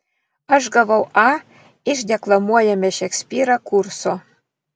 aš gavau a iš deklamuojame šekspyrą kurso